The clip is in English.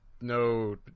no